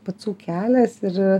pacų kelias ir